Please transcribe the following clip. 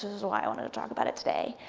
is why i wanted to talk about it today.